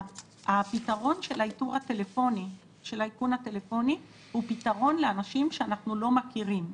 הפתרון של האיכון הטלפוני הוא פתרון לאנשים שאנחנו לא מכירים.